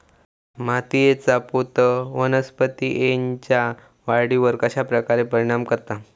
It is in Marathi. मातीएचा पोत वनस्पतींएच्या वाढीवर कश्या प्रकारे परिणाम करता?